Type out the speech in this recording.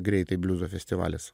greitai bliuzo festivalis